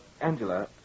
Angela